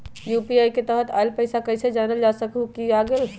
UPI के तहत आइल पैसा कईसे जानल जा सकहु की आ गेल?